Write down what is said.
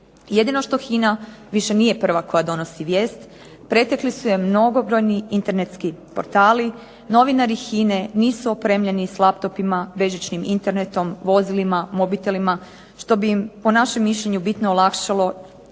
Jedino što HINA više nije prva koja donosi vijest. Pretekli su je mnogobrojni internetski portali. Novinari HINA-e nisu opremljeni sa laptopima, bežićnim Internetom, vozilima, mobitelima što bi im po našem mišljenju bitno olakšalo a